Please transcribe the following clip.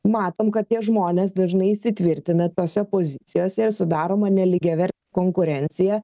matom kad tie žmonės dažnai įsitvirtina tose pozicijose ir sudaroma nelygiaver konkurencija